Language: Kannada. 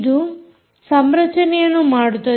ಅದು ಸಂರಚನೆಯನ್ನು ಮಾಡುತ್ತದೆ